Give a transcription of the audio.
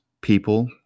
people